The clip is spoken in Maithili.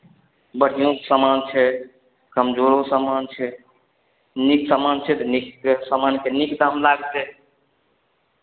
बढ़िओँ सामान छै कमजोरो समान छै नीक सामान छै तऽ नीक सामानके नीक दाम लागतै